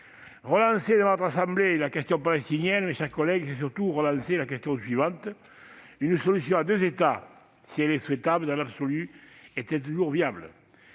Relancer dans notre assemblée la question palestinienne, mes chers collègues, c'est surtout relancer la question suivante : si une solution à deux États est souhaitable dans l'absolu, est-elle toujours viable ?